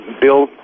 bill